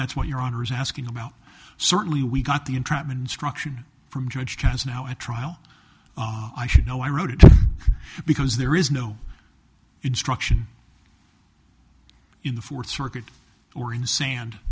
that's what your honor is asking about certainly we got the entrapment instruction from judge has now a trial i should know i wrote it because there is no instruction in the fourth circuit or in the sand